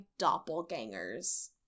doppelgangers